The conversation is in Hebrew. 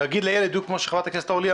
להגיד לילד בדיוק מה שחברת הכנסת אורלי לוי